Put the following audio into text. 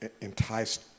enticed